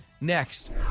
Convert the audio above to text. Next